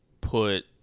put